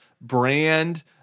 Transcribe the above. brand